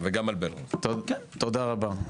תודה רבה.